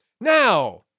Now